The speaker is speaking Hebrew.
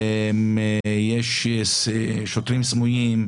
יש שוטרים סמויים,